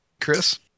Chris